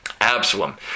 Absalom